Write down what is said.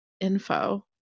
info